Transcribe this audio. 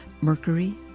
Mercury